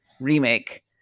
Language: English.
remake